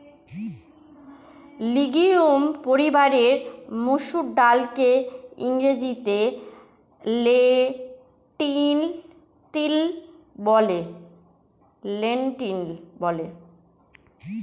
legume পরিবারের মসুর ডালকে ইংরেজিতে লেন্টিল বলে